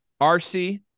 RC